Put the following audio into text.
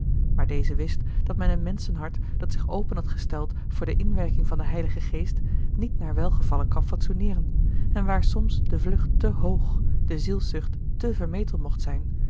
maar deze wist dat men een menschenhart dat zich open had gesteld voor de inwerking van den heiligen geest niet naar welgevallen kan fatsoeneeren en waar soms de vlucht te hoog de zielszucht te vermetel mocht zijn